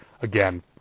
again